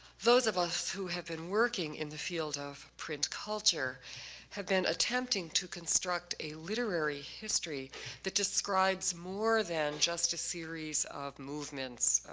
those of us who have been working in the field of print culture have been attempting to construct a literary history that describes more than just a series of movements,